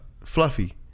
Fluffy